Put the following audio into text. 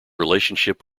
relationship